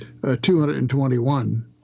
221